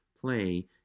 play